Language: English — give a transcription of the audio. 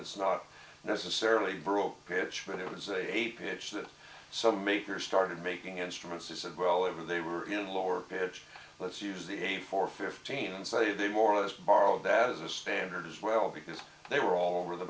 it's not necessarily baroque pitch but it was a pitch that some makers started making instruments as well ever they were in lower pitch let's use the a four fifteen and say they more or less borrowed that as a standard as well because they were all over the